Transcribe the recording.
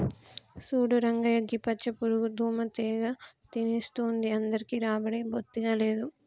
చూడు రంగయ్య గీ పచ్చ పురుగుని దోమ తెగ తినేస్తుంది అందరికీ రాబడి బొత్తిగా లేదు